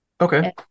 Okay